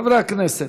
חברי הכנסת,